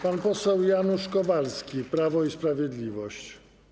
Pan poseł Janusz Kowalski, Prawo i Sprawiedliwość.